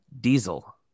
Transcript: Diesel